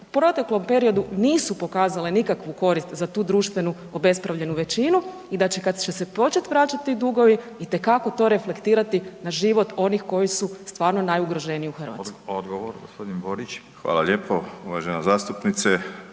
u proteklom periodu nisu pokazale nikakvu korist za tu društvenu obespravljenu većinu i da će kada će se početi vraćati dugovi itekako to reflektirati na život oni koji su stvarno najugroženiji u Hrvatskoj? **Radin, Furio (Nezavisni)**